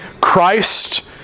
Christ